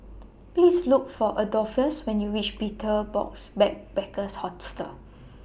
Please Look For Adolphus when YOU REACH Betel Box Backpackers Hostel